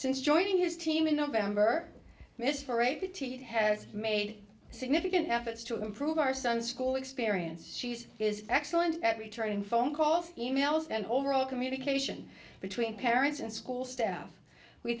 since joining his team in november miss for a petite has made significant efforts to improve our son's school experience she is excellent at returning phone calls emails and overall communication between parents and school staff we